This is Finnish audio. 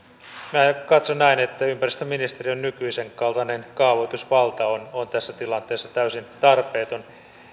minä katson näin että ympäristöministeriön nykyisen kaltainen kaavoitusvalta on tässä tilanteessa täysin tarpeeton